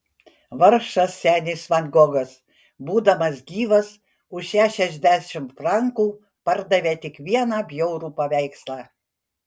vargšas senis van gogas būdamas gyvas už šešiasdešimt frankų pardavė tik vieną bjaurų paveikslą